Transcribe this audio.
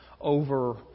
over